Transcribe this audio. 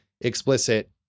explicit